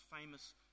famous